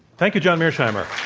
thank you, john mearsheimer.